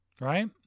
right